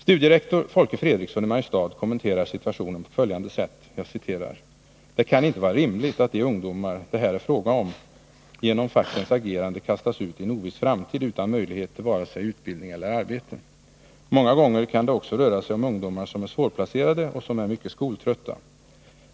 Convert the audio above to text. Studierektor Folke Fredriksson i Mariestad kommenterar situationen på följande sätt: Det kan inte vara rimligt att de ungdomar det här är fråga om genom fackens agerande kastas ut i en oviss framtid utan möjlighet till vare sig utbildning eller arbete. Många gånger kan det också röra sig om ungdomar som är svårplacerade och som är mycket skoltrötta.